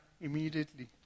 immediately